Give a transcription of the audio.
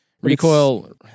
recoil